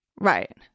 Right